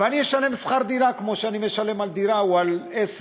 ואני אשלם שכר-דירה כמו שאני משלם על דירה או על עסק.